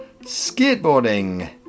Skateboarding